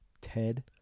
Ted